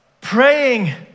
Praying